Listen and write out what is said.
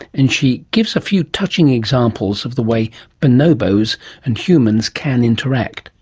and she gives a few touching examples of the way bonobos and humans can interact.